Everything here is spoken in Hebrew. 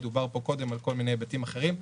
דובר פה קודם על כל מיני היבטים אחרים,